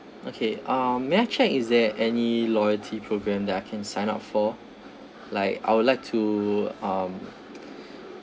okay um may I check is there any loyalty program that I can sign up for like I would like to um